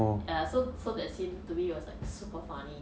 ya so so that scene to me was like super funny